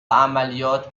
عملیات